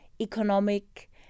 economic